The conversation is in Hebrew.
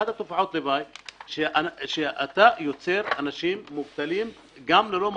אחת מתופעות הלוואי היא שאתה יוצר אנשים מובטלים גם ללא מקצוע.